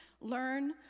Learn